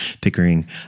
Pickering